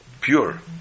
pure